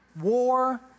war